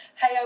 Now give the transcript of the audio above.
hey